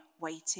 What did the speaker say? waiting